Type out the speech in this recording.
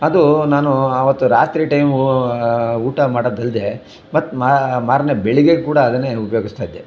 ಅದು ನಾನು ಆವತ್ತು ರಾತ್ರಿ ಟೈಮು ಊಟ ಮಾಡೋದಲ್ಲದೆ ಮತ್ತೆ ಮಾರನೇ ಬೆಳಿಗ್ಗೆ ಕೂಡ ಅದನ್ನೇ ಉಪಯೋಗಿಸ್ತಾಯಿದ್ದೆ